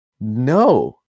No